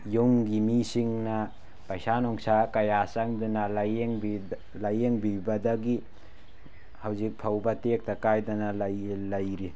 ꯌꯨꯝꯒꯤ ꯃꯤꯁꯤꯡꯅ ꯄꯩꯁꯥ ꯅꯨꯡꯁꯥ ꯀꯌꯥ ꯆꯪꯗꯨꯅ ꯂꯥꯏꯌꯦꯡꯕꯤꯕꯗꯒꯤ ꯍꯧꯖꯤꯛ ꯐꯥꯎꯕ ꯇꯦꯛꯇ ꯀꯥꯏꯗꯅ ꯂꯩꯔꯤ